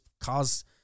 cause